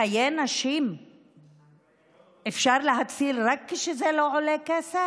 חיי נשים אפשר להציל רק כשזה לא עולה כסף?